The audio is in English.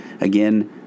Again